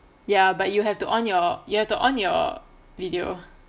ya but you have to on your you have to on your video